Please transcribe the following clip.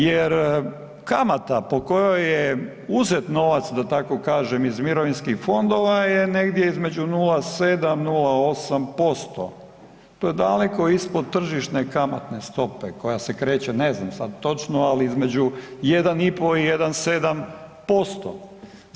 Jer kamata po kojoj je uzet novac da tako kažem iz mirovinskih fondova je negdje između 0,7 – 0,8% to je daleko ispod tržišne kamatne stope koja se kreće, ne znam sad točno, ali između 1,5 i 1,7%